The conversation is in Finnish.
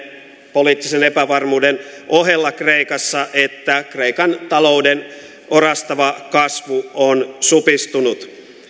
poliittisen epävarmuuden ohella kreikassa että kreikan talouden orastava kasvu on supistunut